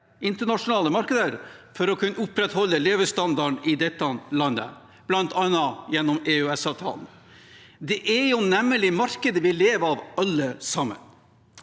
for å kunne opprettholde levestandarden i dette landet, bl.a. gjennom EØS-avtalen. Det er nemlig markedet vi lever av, alle sammen.